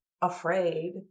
afraid